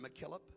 McKillop